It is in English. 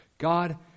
God